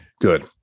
good